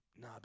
nah